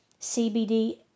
CBD